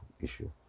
issue